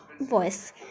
voice